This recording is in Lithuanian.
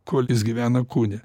kol jis gyvena kūne